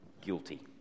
guilty